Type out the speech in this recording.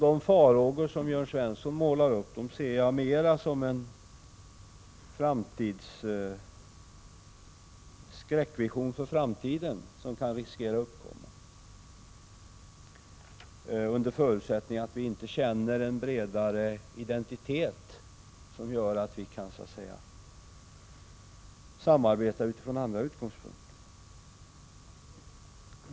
De farhågor som Jörn Svensson målar upp ser jag mer som en skräckvision för framtiden — som vi kan riskera att få förverkligad under förutsättning att vi inte känner en bredare identitet som gör att vi kan samarbeta utifrån andra utgångspunkter.